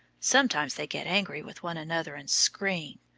sometimes they get angry with one another and scream,